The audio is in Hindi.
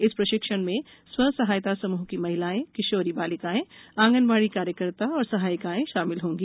इस प्रशिक्षण में स्व सहायता समूह की महिलाएँ किशोरी बालिकाएँ आंगनवाडी कार्यकर्ता एवं सहायिकाएँ शामिल होंगी